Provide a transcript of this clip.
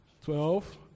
Twelve